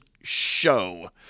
Show